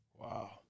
Wow